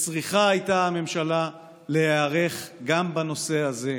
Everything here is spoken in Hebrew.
וצריכה הייתה הממשלה להיערך גם בנושא הזה,